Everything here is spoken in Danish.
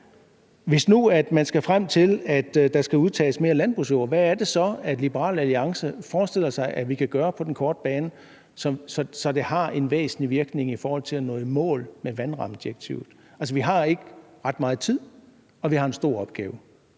Hvis nu man skal nå frem til, at der skal udtages mere landbrugsjord, hvad er det så, Liberal Alliance forestiller sig at vi kan gøre på den korte bane, så det har en væsentlig virkning i forhold til at nå i mål med vandrammedirektivet? Altså, vi har ikke ret meget tid, og vi har en stor opgave.